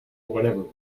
whatever